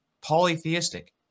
polytheistic